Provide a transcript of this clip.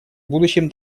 будущем